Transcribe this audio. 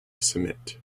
submit